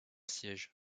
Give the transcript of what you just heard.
siège